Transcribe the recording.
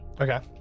Okay